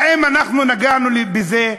האם אנחנו נגענו בזה,